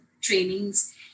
trainings